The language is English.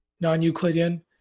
non-Euclidean